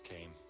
came